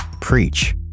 Preach